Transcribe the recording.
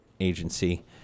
Agency